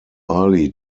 ali